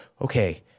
okay